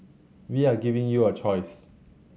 we are giving you a choice